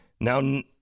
Now